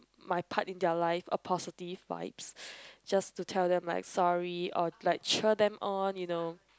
my part in their life a positive vibes just to tell them like sorry or like cheer them on you know